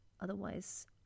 otherwise